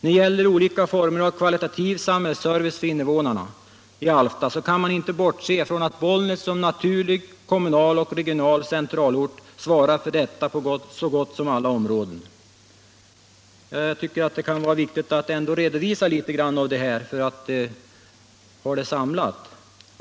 När det gäller olika former av kvalitativ samhällsservice för invånarna i Alfta kan man inte bortse från att Bollnäs som naturlig kommunal och regional centralort svarar för detta på så gott som alla områden. - Jag tycker att det kan vara viktigt att redovisa litet av detta bakgrundsmaterial, så dtt vi har det samlat.